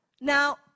Now